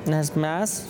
nes mes